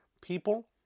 people